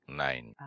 nine